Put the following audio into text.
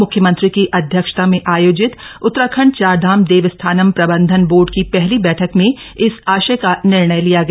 मुख्यमंत्री की अध्यक्षता में आयोजित उत्तराखण्ड चारधाम देवस्थानम प्रबन्धन बोर्ड की पहली बैठक में इस आशय का निर्णय लिया गया